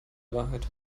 wahrheit